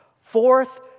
Fourth